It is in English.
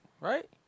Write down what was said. right